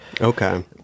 Okay